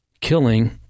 killing